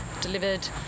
delivered